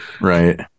Right